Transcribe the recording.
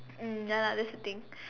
mm ya lah that's the thing